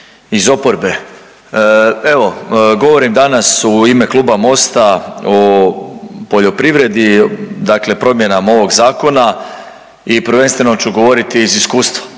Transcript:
iz oporbe. Evo govorim danas u ime kluba MOST-a o poljoprivredi, dakle promjenama ovoga zakona i prvenstveno ću govoriti iz iskustva,